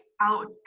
out